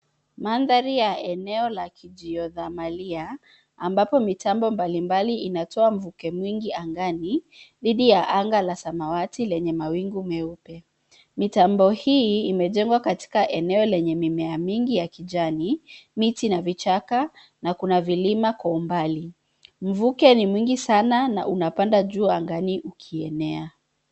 Mandhari ya eneo la Kijiothamalia, ambapo mitambo mbalimbali inatoa mvuke mwingi angani, dhidi ya anga la samawati lenye mawingu meupe. Mitambo hii imejengwa katika eneo lenye mimea mingi ya kijani, miti na vichaka, na kuna vilima kwa umbali. Mvuke ni mwingi sana, na unapanda juu angani ukienea.